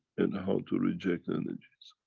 and how to reject energies.